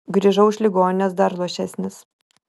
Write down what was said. grįžau iš ligoninės dar luošesnis